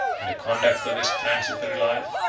in the conduct this transitory life,